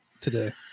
today